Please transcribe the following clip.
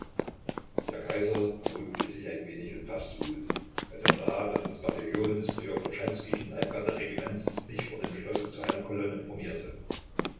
der kaiser beruhigte sich ein wenig und faßte mut als er sah daß das bataillon des preobraschenskijschen leibgarderegiments sich vor dem schlosse zu einer kolonne formierte